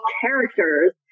characters